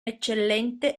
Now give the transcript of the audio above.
eccellente